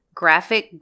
graphic